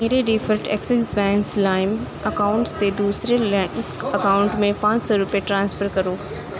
میرے default Axis banks lime account سے دوسرے لنکڈ اکاؤنٹ میں پانچ سو روپے ٹرانسفر کرو